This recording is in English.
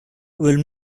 will